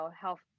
health